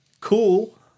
cool